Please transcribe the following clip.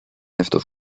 estos